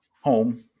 home